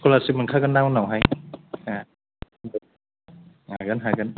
scholarship मोनखागोन ना उनावहाय ए हागोन हागोन